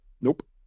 Nope